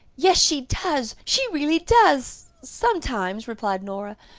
yes, she does, she really does sometimes, replied nora,